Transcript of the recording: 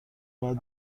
باید